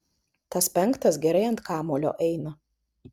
tas penktas gerai ant kamuolio eina